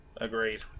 Agreed